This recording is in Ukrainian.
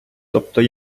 тобто